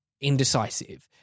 indecisive